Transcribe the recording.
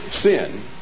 sin